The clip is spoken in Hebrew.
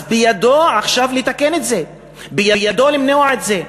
אז בידו עכשיו לתקן את זה, בידו למנוע את זה.